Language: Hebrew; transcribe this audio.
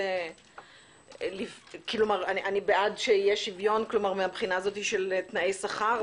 אני בעד שיהיה שוויון מהבחינה של תנאי שכר,